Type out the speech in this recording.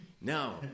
No